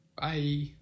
Bye